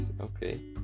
Okay